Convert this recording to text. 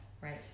Right